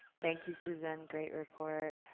thank you, susan, great report.